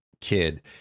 kid